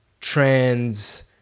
trans